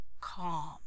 calm